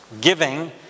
Giving